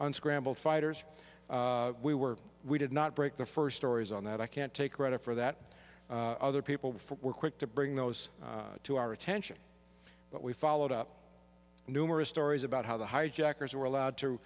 on scrambled fighters we were we did not break the first stories on that i can't take credit for that other people were quick to bring those to our attention but we followed up numerous stories about how the hijackers were allowed to